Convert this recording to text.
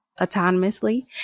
autonomously